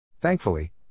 Thankfully